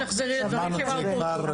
אני לא רוצה שתחזרי על דברים שכבר פורטו.